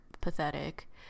pathetic